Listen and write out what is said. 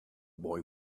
boy